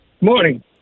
morning